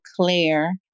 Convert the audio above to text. Claire